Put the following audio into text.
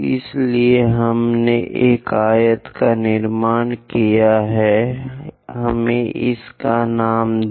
इसलिए हमने एक आयत का निर्माण किया है हमें इसका नाम दें